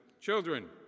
children